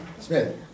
Smith